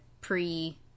pre